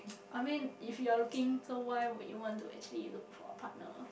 I mean if you're looking so why would you want to actually look for a partner